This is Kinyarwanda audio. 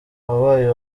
wabaye